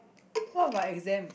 what about exam